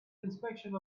inspection